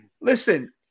listen